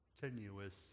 tenuous